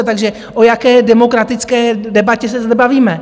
Takže o jaké demokratické debatě se bavíme?